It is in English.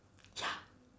ya